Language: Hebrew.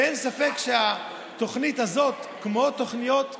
אין ספק שהתוכנית הזאת, כמו תוכניות אחרות,